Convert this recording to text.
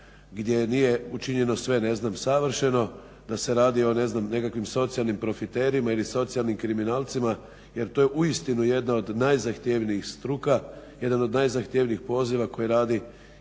gdje nije učinjeno sve, ne znam, savršeno, da se radi o ne znam nekakvih socijalnim profiterima ili socijalnim kriminalcima jer to je uistinu jedna od najzahtjevnijih struka, jedan od najzahtjevnijih poziva koji radi